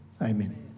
amen